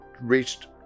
reached